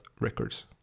records